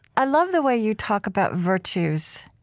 i love the way you talk about virtues.